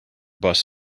bus